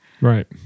Right